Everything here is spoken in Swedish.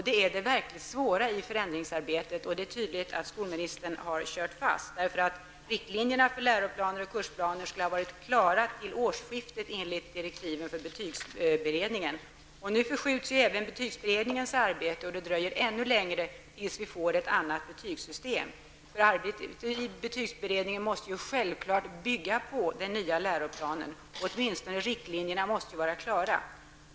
Det är det verkligt svåra i förändringsarbetet, och det är tydligt att skolministern har kört fast. Riktlinjerna för lärooch kursplaner skulle ha varit klara till årsskiftet, enligt direktiven för betygsberedningen. Nu förskjuts även betygsberedningens arbete, och det dröjer ännu längre innan vi får ett nytt betygssystem. Arbetet i betygsberedningen måste självfallet bygga på den nya läroplanen. Åtminstone måste ju riktlinjerna vara klara.